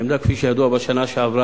העמדה, כפי שידוע, בשנה שעברה